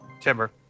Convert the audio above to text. Timber